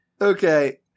Okay